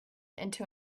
into